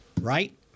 right